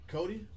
Cody